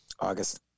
August